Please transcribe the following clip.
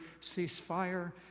ceasefire